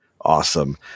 Awesome